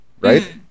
right